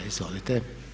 Izvolite.